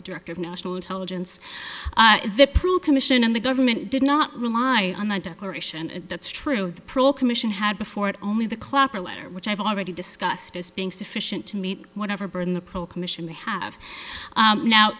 the director of national intelligence the proof commission in the government did not rely on the declaration and that's true the prole commission had before it only the clapper letter which i've already discussed as being sufficient to meet whatever burden the pro commission may have